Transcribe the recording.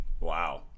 Wow